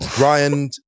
Ryan